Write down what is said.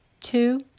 two